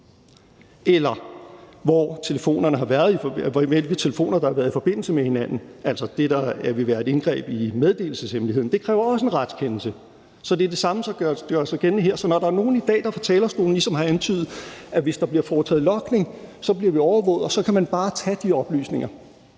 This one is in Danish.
også, hvilke telefoner der har været i forbindelse med hinanden, altså det, der vil være et indgreb i meddelelseshemmeligheden. Det kræver også en retskendelse. Så det er det samme, der gør sig gældende her. Så når der er nogle, der i dag fra talerstolen ligesom har antydet, at hvis der bliver foretaget logning, bliver vi overvåget, og så kan man bare tage de oplysninger,